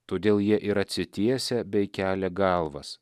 todėl jie ir atsitiesia bei kelia galvas